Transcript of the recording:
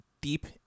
deep